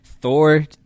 Thor